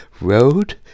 road